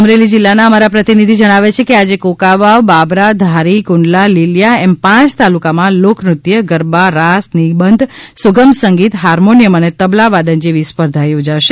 અમરેલી જિલ્લાના અમારા પ્રતિનિધિ જણાવે છે કે આજે કુંકાવાવ બાબરા ધારી કુંડલા લીલીયા એમ પાંચ તાલુકામાં લોકનૃત્ય ગરબા રાસ નિબંધ સુગમ સંગીત હાર્મોનિયમ અને તબલા વાદન જેવી સ્પર્ધા યોજાશે